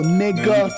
nigga